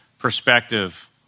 perspective